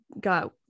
got